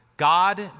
God